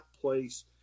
place